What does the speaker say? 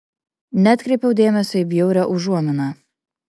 neatkreipiau dėmesio į bjaurią užuominą